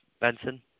Benson